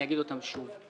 אני אגיד אותם שוב.